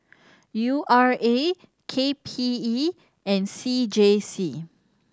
U R A K P E and C J C